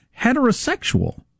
heterosexual